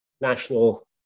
national